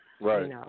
Right